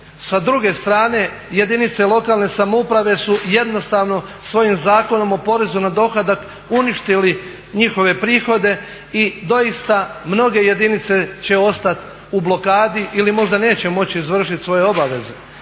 Sa druge strane jedinice lokalne samouprave su jednostavno svojim Zakonom o porezu na dohodak uništili njihove prihode i doista mnoge jedinice će ostati u blokadi ili možda neće moći izvršiti svoje obaveze.